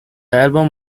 album